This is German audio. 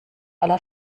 aller